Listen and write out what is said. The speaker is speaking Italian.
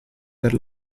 per